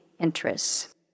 interests